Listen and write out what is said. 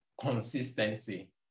consistency